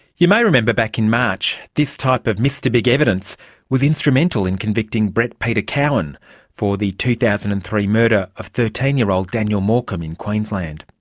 you may remember back in march this type of mr big evidence was instrumental in convicting brett peter cowan for the two thousand and three murder of thirteen year old daniel morcombe in queensland.